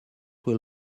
will